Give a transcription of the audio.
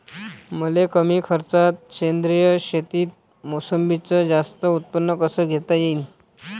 मले कमी खर्चात सेंद्रीय शेतीत मोसंबीचं जास्त उत्पन्न कस घेता येईन?